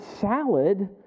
salad